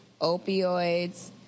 opioids